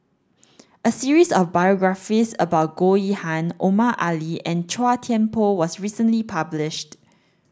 a series of biographies about Goh Yihan Omar Ali and Chua Thian Poh was recently published